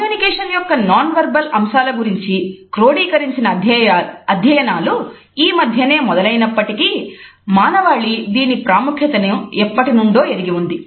communication యొక్క non verbal అంశాల గురించి క్రోడీకరించిన అధ్యయనాలు ఈ మధ్యనే మొదలైనప్పటికీ మానవాళి దీని ప్రాముఖ్యత ఎప్పటినుండో ఎరిగిఉంది